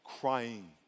crying